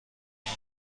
ماه